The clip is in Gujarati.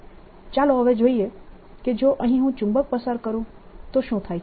ચાલો હવે જોઈએ કે જો અહીં હું ચુંબક પસાર કરું તો શું થાય છે